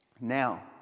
...now